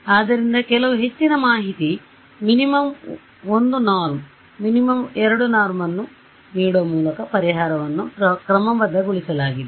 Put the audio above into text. ಆದ್ದರಿಂದ ಕೆಲವು ಹೆಚ್ಚಿನ ಮಾಹಿತಿ Minimum 1 norm minimum 2 norm ಯನ್ನು ನೀಡುವ ಮೂಲಕ ಪರಿಹಾರವನ್ನು ಕ್ರಮಬದ್ಧಗೊಳಿಸಿಲಾಗಿದೆ